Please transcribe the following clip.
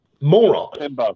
moron